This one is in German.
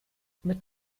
mit